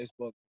Facebook